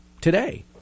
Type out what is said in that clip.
today